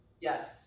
Yes